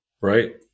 right